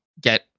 get